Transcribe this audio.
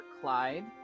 Clyde